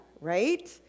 right